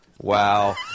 Wow